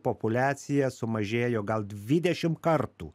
populiacija sumažėjo gal dvidešim kartų